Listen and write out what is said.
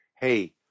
hey